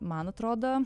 man atrodo